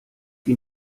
die